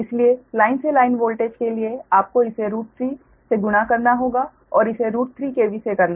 इसीलिए लाइन से line voltage के लिए आपको इसे 3 से गुणा करना होगा और इसे 3 KV से करना होगा